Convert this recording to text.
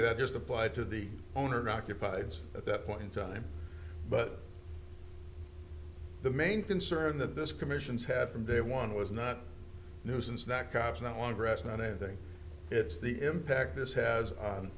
it just applied to the owner occupied at that point in time but the main concern that this commissions have from day one was not nuisance not cops not one grass not anything it's the impact this has